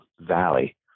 Valley